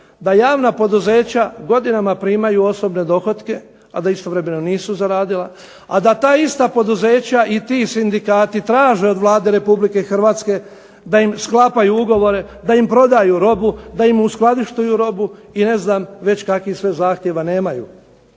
da javna poduzeća godinama primaju osobne dohotke a da istovremeno nisu zaradila, a da ta ista poduzeća i ti sindikati traže od Vlade Republike Hrvatske da im sklapaju ugovore, da im prodaju robu, da im uskladištuju robu i ne znam kakvih sve zahtjeva nemaju.